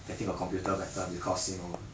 I think a computer better because you know